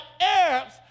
Arabs